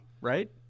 right